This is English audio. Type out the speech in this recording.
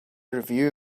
review